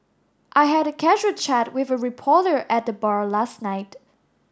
I had a casual chat with a reporter at the bar last night